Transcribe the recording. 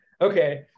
okay